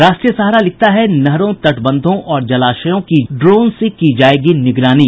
राष्ट्रीय सहारा लिखता है नहरों तटबंधों और जलाशयों की ड्रोन से की जायेगी निगरानी